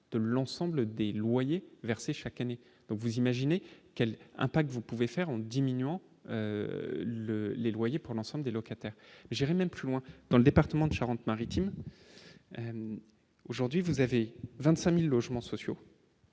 de l'ensemble des loyers versés chaque année, donc vous imaginez quel impact vous pouvez faire en diminuant le les loyers pour l'ensemble des locataires, j'ai même plus loin dans le département de Charente-Maritime, aujourd'hui vous avez 25000 logements sociaux.